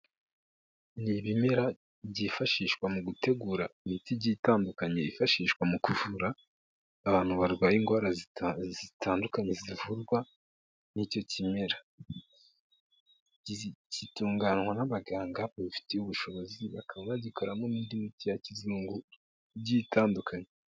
Ni ibimera byifashishwa mu gutegura imiti igihe itandukanye yifashishwa mu kuvura abantu barwaye indwara zitandukanye zivurwa nicyo kimera. Kitunganywa n'abaganga babifitiye ubushobozi bakaba bagikora n'indi miti ya kizungu igiye itandukanye.